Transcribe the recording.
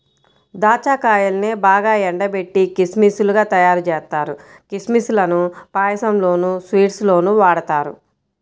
దాచ్చా కాయల్నే బాగా ఎండబెట్టి కిస్మిస్ లుగా తయ్యారుజేత్తారు, కిస్మిస్ లను పాయసంలోనూ, స్వీట్స్ లోనూ వాడతారు